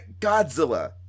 Godzilla